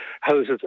Houses